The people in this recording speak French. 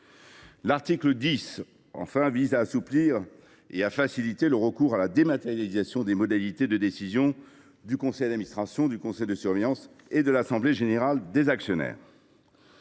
l’article 10 vise à assouplir et à faciliter le recours à la dématérialisation des modalités de décision du conseil d’administration, du conseil de surveillance et de l’assemblée générale des actionnaires.